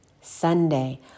Sunday